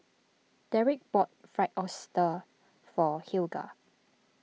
Dereck bought Fried Oyster for Helga